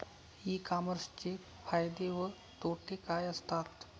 E कॉमर्सचे फायदे व तोटे काय असतात?